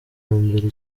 mbere